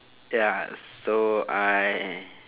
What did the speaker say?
ya so I